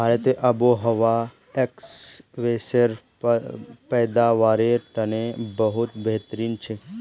भारतेर आबोहवा स्क्वैशेर पैदावारेर तने बहुत बेहतरीन छेक